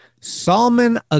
Salman